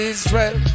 Israel